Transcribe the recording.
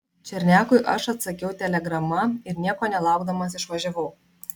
černiakui aš atsakiau telegrama ir nieko nelaukdamas išvažiavau